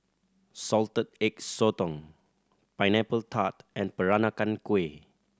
Salted Egg Sotong Pineapple Tart and Peranakan Kueh